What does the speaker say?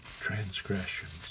transgressions